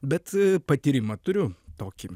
bet patyrimą turiu tokį